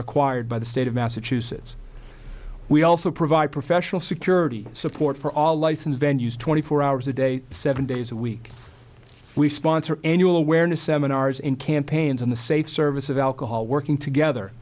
required by the state of massachusetts we also provide professional security support for all license venues twenty four hours a day seven days a week we sponsor annual awareness seminars in campaigns on the safe service of alcohol working together